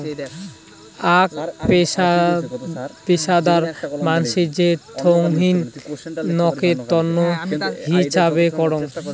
আক পেশাদার মানসি যে থোঙনি নকের তন্ন হিছাব করাং